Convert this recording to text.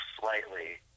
slightly